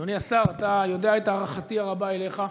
אדוני השר, אתה יודע על הערכתי הרבה אליך,